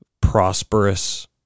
prosperous